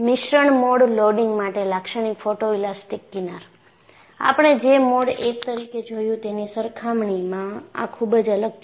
મિશ્રણ mode loading માટે લાક્ષણીક ફોટોએલાસ્ટિક કિનાર આપણે જે મોડ 1 તરીકે જોયું તેની સરખામણીમાં આ ખૂબ જ અલગ છે